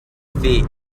feet